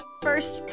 first